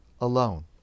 alone